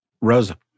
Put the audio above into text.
Rosa